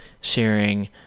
sharing